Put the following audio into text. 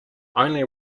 only